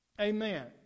Amen